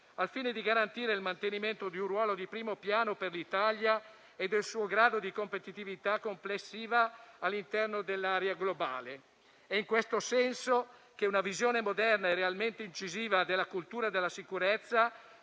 al fine di garantire il mantenimento di un ruolo di primo piano per l'Italia e del suo grado di competitività complessiva all'interno dell'area globale. È in questo senso che una visione moderna e realmente incisiva della cultura della sicurezza